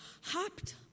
hopped